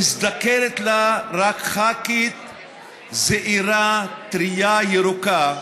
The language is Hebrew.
מזדקרת לה רק ח"כית זעירה, טרייה, ירוקה,